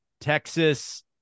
Texas